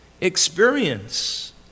experience